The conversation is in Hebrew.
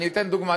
אני אתן דוגמה.